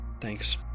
Thanks